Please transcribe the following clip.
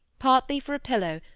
partly for a pillow,